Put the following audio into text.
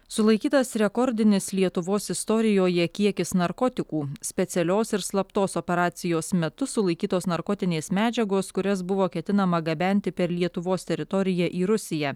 sulaikytas rekordinis lietuvos istorijoje kiekis narkotikų specialios ir slaptos operacijos metu sulaikytos narkotinės medžiagos kurias buvo ketinama gabenti per lietuvos teritoriją į rusiją